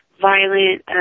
violent